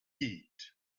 eat